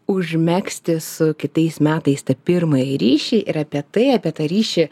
užmegzti su kitais metais tą pirmąjį ryšį ir apie tai apie tą ryšį